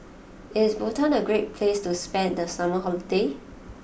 is Bhutan a great place to spend the summer holiday